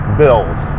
bills